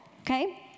Okay